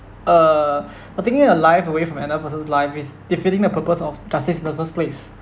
uh uh taking the life away from another person's life is defeating the purpose of justice in the first place